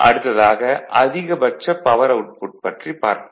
அடுத்ததாக அதிகபட்ச power output பற்றி பார்ப்போம்